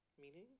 Meaning